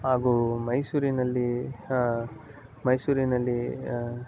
ಹಾಗೂ ಮೈಸೂರಿನಲ್ಲಿ ಮೈಸೂರಿನಲ್ಲಿ